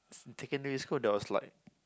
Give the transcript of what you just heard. in secondary school there was like